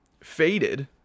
faded